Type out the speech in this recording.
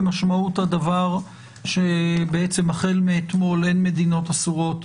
ומשמעות הדבר היא שבעצם החל מאתמול אין מדינות אסורות